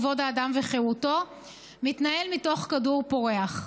כבוד האדם וחירותו מתנהל מתוך כדור פורח.